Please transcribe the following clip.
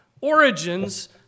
origins